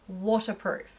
waterproof